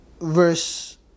verse